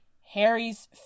Harry's